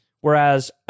Whereas